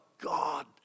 God